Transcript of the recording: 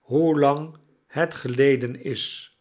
hoelang het geleden is